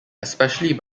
especially